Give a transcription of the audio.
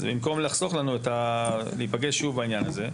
אז במקום לחסוך לנו להיפגש שוב בעניין הזה,